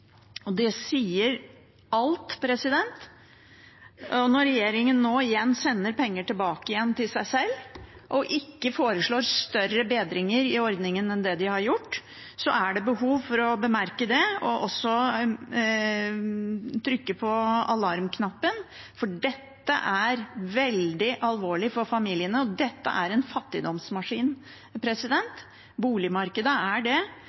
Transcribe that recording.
kr. Det sier alt. Og når regjeringen nå igjen sender penger tilbake til seg sjøl og ikke foreslår større bedringer i ordningen enn det de har gjort, så er det behov for å bemerke det og også trykke på alarmknappen, for dette er veldig alvorlig for familiene. Dette er en fattigdomsmaskin. Boligmarkedet er det.